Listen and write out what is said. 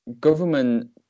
government